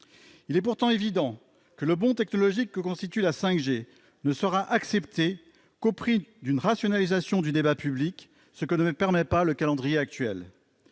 Il est pourtant évident que le bond technologique que constitue la 5G ne sera accepté qu'au prix d'une rationalisation du débat public, ce que ne permet pas le calendrier actuel.